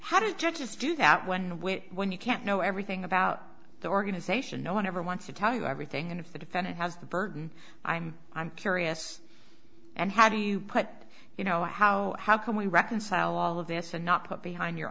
i just do that when when you can't know everything about the organization no one ever wants to tell you everything and if the defendant has the burden i'm i'm curious and how do you put you know how how can we reconcile all of this and not put behind your